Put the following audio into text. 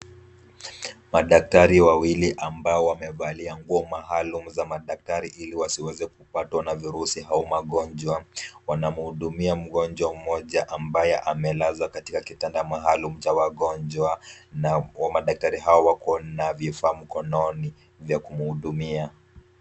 Madaktari wawili ambao wamevalia nguo mahalum za madaktari ili wasiweze kupatwa na virusi hao magonjwa. Wanamhudumia mgonjwa mmoja ambaye amelazwa katika kitanda mahalum cha wagonjwa. Na madaktari hao wako na vifaa mkononi, vya kumhudumia.